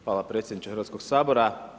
Hvala predsjedniče Hrvatskog sabora.